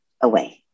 away